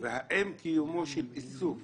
האם קיומו של איסוף